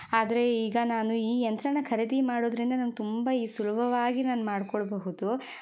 ಆದರೆ ಈಗ ನಾನು ಈ ಯಂತ್ರನ ಖರೀದಿ ಮಾಡೋದ್ರಿಂದ ನಂಗೆ ತುಂಬ ಈ ಸುಲಭವಾಗಿ ನಾನು ಮಾಡ್ಕೊಳ್ಳಬಹುದು